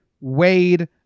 Wade